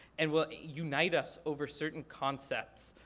and will unite us over certain concepts,